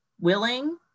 Willing